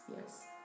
yes